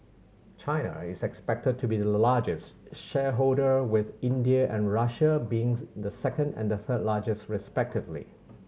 China is expected to be the largest shareholder with India and Russia being the second and third largest respectively